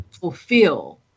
fulfill